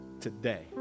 Today